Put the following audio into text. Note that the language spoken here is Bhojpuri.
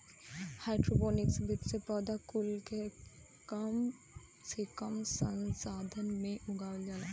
हाइड्रोपोनिक्स विधि में पौधा कुल के कम से कम संसाधन में उगावल जाला